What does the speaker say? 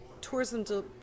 tourism